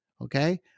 okay